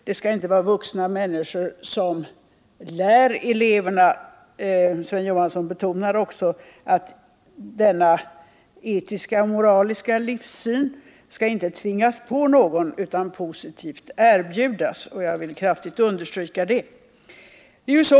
Det skall inte vara så att vuxna människor undervisar eleverna om detta. Också Sven Johansson betonar att denna etisk-moraliska livssyn inte skall tvingas på någon utan det skall positivt inbjudas till en diskussion, och jag vill kraftigt understryka det.